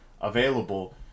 available